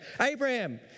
Abraham